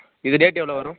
இது ரேட்டு எவ்வளோ வரும்